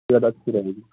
صحت اچھی رہے گی